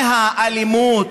מהאלימות,